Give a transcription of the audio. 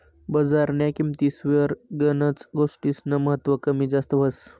बजारन्या किंमतीस्वर गनच गोष्टीस्नं महत्व कमी जास्त व्हस